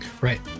right